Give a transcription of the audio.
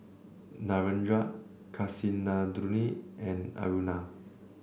Narendra Kasinadhuni and Aruna